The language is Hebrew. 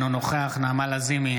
אינו נוכח נעמה לזימי,